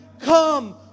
come